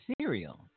cereal